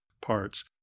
parts